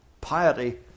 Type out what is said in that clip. piety